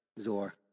Zor